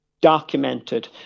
documented